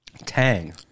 Tang